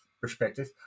perspective